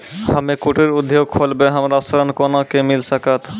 हम्मे कुटीर उद्योग खोलबै हमरा ऋण कोना के मिल सकत?